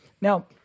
now